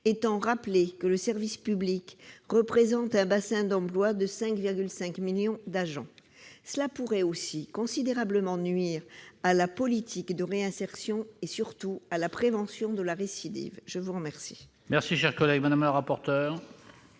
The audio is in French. étant rappelé que le service public représente un bassin d'emplois de 5,5 millions d'agents. Cela pourrait aussi considérablement nuire à la politique de réinsertion et, surtout, à la prévention de la récidive. Quel